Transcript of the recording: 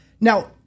Now